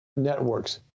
networks